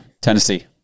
Tennessee